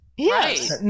Yes